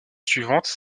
suivantes